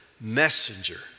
messenger